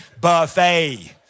buffet